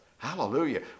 Hallelujah